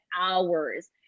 hours